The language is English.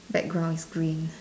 background is green